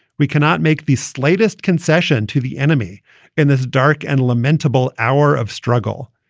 we cannot make the slightest concession to the enemy in this dark and lamentable hour of struggle.